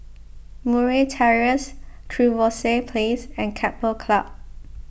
Murray Terrace Trevose Place and Keppel Club